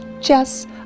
Jess